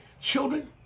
Children